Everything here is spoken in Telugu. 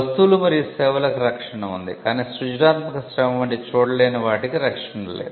వస్తువులు మరియు సేవలకు రక్షణ ఉంది కానీ సృజనాత్మక శ్రమ వంటి చూడలేని వాటికి రక్షణ లేదు